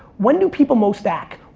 when do people most act?